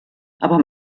aber